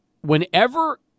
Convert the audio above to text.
whenever